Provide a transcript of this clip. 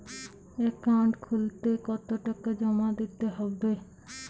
Account খুলতে কতো টাকা জমা দিতে হবে?